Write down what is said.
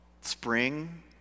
spring